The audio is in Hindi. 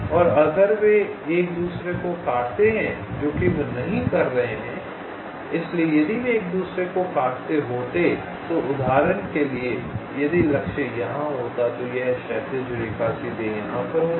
और अगर वे एक दूसरे को काटते हैं जोकि वे नहीं कर रहे हैं इसलिए यदि वे एक दूसरे को काटते होते तो उदाहरण के लिए यदि लक्ष्य यहां होता तो यह क्षैतिज रेखा सीधे यहां पर होती